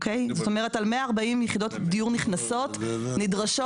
זאת אומרת על 140 יחידות דיור נכנסות נדרשות